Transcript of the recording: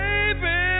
Baby